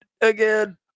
again